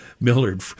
Millard